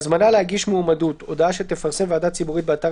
"'הזמנה להגיש מועמדות' הודעה שתפרסם ועדה ציבורית באתר